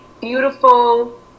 beautiful